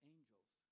Angels